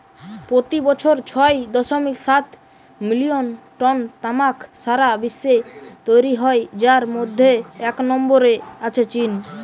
পোতি বছর ছয় দশমিক সাত মিলিয়ন টন তামাক সারা বিশ্বে তৈরি হয় যার মধ্যে এক নম্বরে আছে চীন